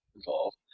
involved